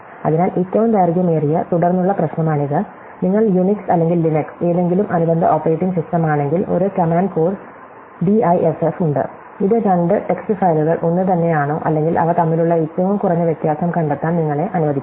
അതിനാൽ ഏറ്റവും ദൈർഘ്യമേറിയ തുടർന്നുള്ള പ്രശ്നമാണിത് നിങ്ങൾ യുണിക്സ് അല്ലെങ്കിൽ ലിനക്സ് ഏതെങ്കിലും അനുബന്ധ ഓപ്പറേറ്റിംഗ് സിസ്റ്റമാണെങ്കിൽ ഒരു കമാൻഡ് കോഡ് ഡിഐഎഫ്എഫ് ഉണ്ട് ഇത് രണ്ട് ടെക്സ്റ്റ് ഫയലുകൾ ഒന്നുതന്നെയാണോ അല്ലെങ്കിൽ അവ തമ്മിലുള്ള ഏറ്റവും കുറഞ്ഞ വ്യത്യാസം കണ്ടെത്താൻ നിങ്ങളെ അനുവദിക്കുന്നു